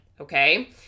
okay